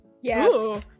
Yes